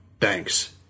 Thanks